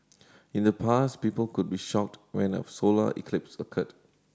in the past people could be shocked when a solar eclipse occurred